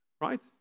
right